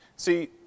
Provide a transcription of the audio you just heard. See